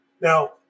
Now